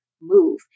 move